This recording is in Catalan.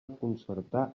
concertar